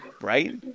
Right